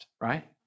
right